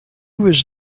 was